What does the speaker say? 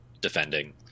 defending